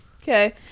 Okay